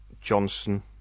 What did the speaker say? Johnson